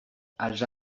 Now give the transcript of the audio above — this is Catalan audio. els